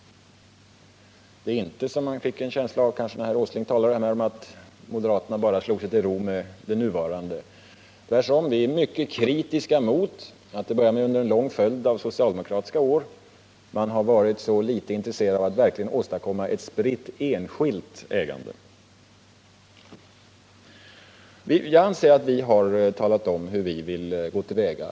Det är inte så — som man kanske fick en känsla av när herr Åsling talade — att moderaterna bara slår sig till ro med det nuvarande. Vi är tvärtom kritiska mot att man under en lång följd av år med socialdemokraterna i regeringsställning varit så litet intresserad av att verkligen åstadkomma ett spritt enskilt ägande. Jag anser alltså att vi har talat om hur vi vill gå till väga.